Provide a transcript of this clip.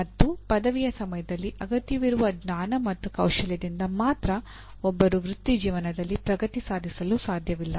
ಮತ್ತು ಪದವಿಯ ಸಮಯದಲ್ಲಿ ಅಗತ್ಯವಿರುವ ಜ್ಞಾನ ಮತ್ತು ಕೌಶಲ್ಯದಿಂದ ಮಾತ್ರ ಒಬ್ಬರು ವೃತ್ತಿಜೀವನದಲ್ಲಿ ಪ್ರಗತಿ ಸಾಧಿಸಲು ಸಾಧ್ಯವಿಲ್ಲ